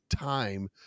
time